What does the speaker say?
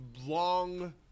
long